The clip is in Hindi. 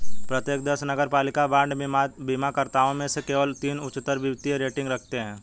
प्रत्येक दस नगरपालिका बांड बीमाकर्ताओं में से केवल तीन उच्चतर वित्तीय रेटिंग रखते हैं